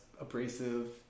abrasive